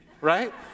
right